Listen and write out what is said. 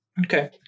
Okay